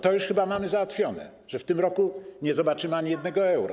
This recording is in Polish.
To już chyba mamy załatwione, że w tym roku nie zobaczymy ani jednego euro.